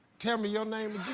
tell me your name